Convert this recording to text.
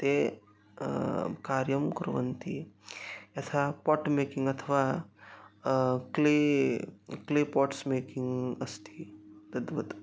ते कार्यं कुर्वन्ति यथा पाट् मेकिङ्ग् अथवा क्ले क्ले पाट्स् मेकिङ्ग् अस्ति तद्वत्